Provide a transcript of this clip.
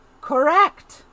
Correct